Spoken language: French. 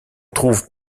trouve